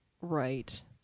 right